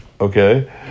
Okay